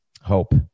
Hope